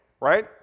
right